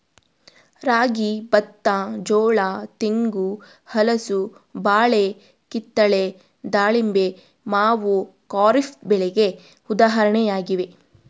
ರಾಗಿ, ಬತ್ತ, ಜೋಳ, ತೆಂಗು, ಹಲಸು, ಬಾಳೆ, ಕಿತ್ತಳೆ, ದಾಳಿಂಬೆ, ಮಾವು ಖಾರಿಫ್ ಬೆಳೆಗೆ ಉದಾಹರಣೆಯಾಗಿವೆ